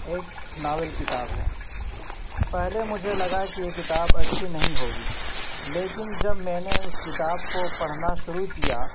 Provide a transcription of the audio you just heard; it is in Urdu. ایک ناول کتاب ہے پہلے مجھے لگا کہ یہ کتاب اچھی نہیں ہوگی لیکن جب میں نے اس کتاب کو پڑھنا شروع کیا